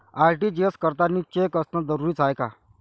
RTGS करतांनी cheque असनं जरुरीच हाय का?